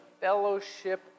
fellowship